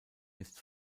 ist